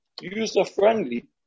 user-friendly